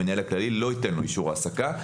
המנהל הכללי לא ייתן לו אישור העסקה.